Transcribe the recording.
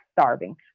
starving